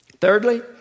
Thirdly